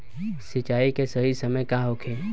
सिंचाई के सही समय का होखे?